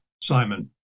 Simon